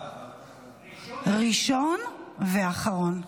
הראשון והאחרון.